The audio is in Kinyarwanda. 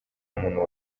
muntu